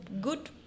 good